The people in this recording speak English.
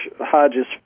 Hodges